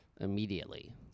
Immediately